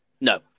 No